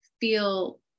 feel